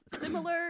similar